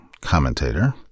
commentator